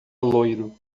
loiro